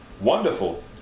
Wonderful